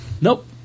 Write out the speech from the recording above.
Nope